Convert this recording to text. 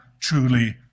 truly